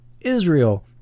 Israel